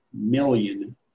million